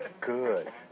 Good